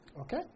Okay